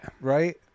Right